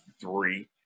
Three